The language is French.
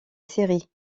série